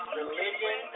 religion